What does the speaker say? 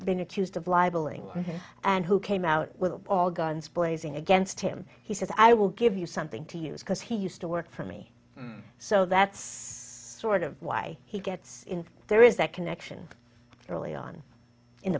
been accused of libeling and who came out with all guns blazing against him he says i will give you something to use because he used to work for me so that's sort of why he gets in there is that connection early on in